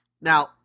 Now